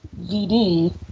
VD